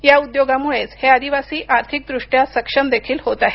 या उद्योगामुळेच हे आदिवासी आर्थिकदृष्ट्या सक्षम देखील होत आहेत